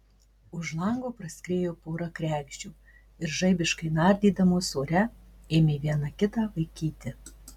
už lango praskriejo pora kregždžių ir žaibiškai nardydamos ore ėmė viena kitą vaikyti